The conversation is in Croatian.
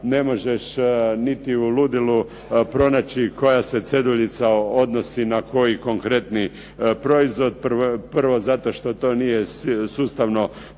ne možeš niti u ludilu pronaći koja se ceduljica odnosi na koji konkretni proizvod. Prvo zato što nije sustavno